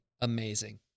amazing